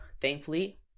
thankfully